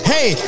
Hey